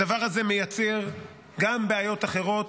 הדבר הזה מייצר גם בעיות אחרות,